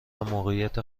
موقعیت